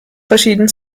verschieden